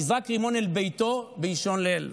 נזרק רימון אל ביתו באישון ליל.